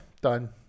done